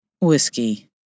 Whiskey